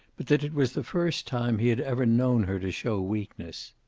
but that it was the first time he had ever known her to show weakness.